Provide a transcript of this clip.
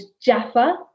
Jaffa